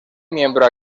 miembro